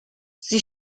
sie